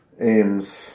aims